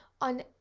on